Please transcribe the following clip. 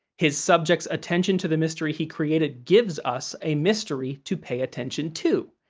his subject's attention to the mystery he created gives us a mystery to pay attention to,